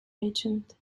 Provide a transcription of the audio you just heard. agent